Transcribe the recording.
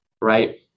Right